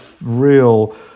real